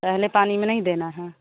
पहले पानी में नहीं देना है